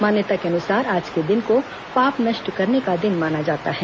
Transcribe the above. मान्यता के अनुसार आज के दिन को पाप नष्ट करने का दिन माना जाता है